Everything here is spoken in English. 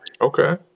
Okay